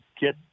get